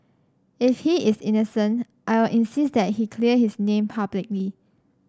if he is innocent I will insist that he clear his name publicly